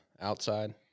outside